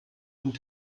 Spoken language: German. und